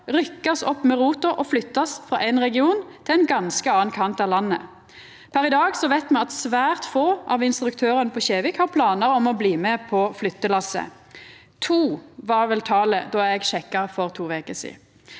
rykkast opp med rota og flyttast frå éin region til ein ganske annan kant av landet. Per i dag veit me at svært få av instruktørane på Kjevik har planar om å bli med på flyttelasset. To var vel talet då eg sjekka det for to veker sidan.